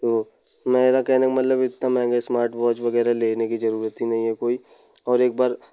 तो मेरा कहने का मतलब यह था मैंने इस्मार्टवाच वग़ैरह लेने की ज़रूरत ही नहीं है कोई और एक बार